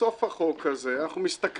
בסוף החוק הזה אנחנו מסתכלים,